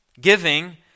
Giving